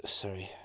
sorry